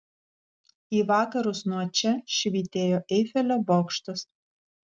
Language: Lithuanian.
į vakarus nuo čia švytėjo eifelio bokštas